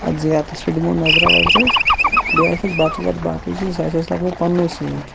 اتھ زیارتَس پیٚٹھ دِمو نَظرَ وَظرَ أسۍ بیٚیہِ آسہِ اسہِ بَتہٕ وَتہٕ سُہ آسہِ اَسہِ لَگ بگ پَننوٚے سۭتۍ